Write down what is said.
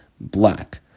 black